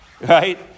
right